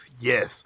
yes